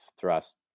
thrust